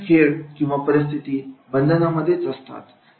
कोणताही खेळ किंवा परिस्थिती बंधनामध्येच असतात